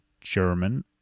German